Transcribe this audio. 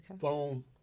Phone